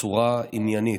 בצורה עניינית.